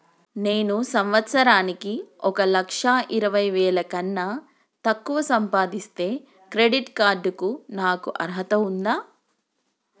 నేను సంవత్సరానికి ఒక లక్ష ఇరవై వేల కన్నా తక్కువ సంపాదిస్తే క్రెడిట్ కార్డ్ కు నాకు అర్హత ఉందా?